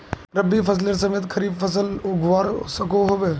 रवि फसलेर समयेत खरीफ फसल उगवार सकोहो होबे?